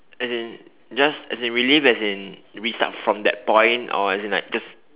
as in just as in relive as in restart from that point or as in like just